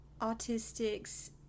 autistics